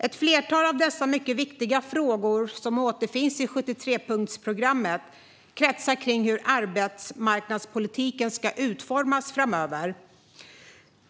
Ett flertal av de mycket viktiga frågor som återfinns i 73-punktsprogrammet kretsar kring hur arbetsmarknadspolitiken ska utformas framöver.